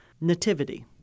nativity